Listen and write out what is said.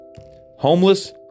homeless